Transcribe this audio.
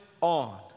on